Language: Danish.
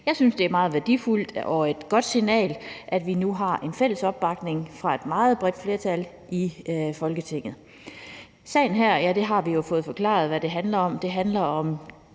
Jeg synes, det er meget værdifuldt og et godt signal, at vi nu har en fælles opbakning fra et meget bredt flertal i Folketinget. Hvad sagen her handler om, har vi jo fået forklaret. Den handler om,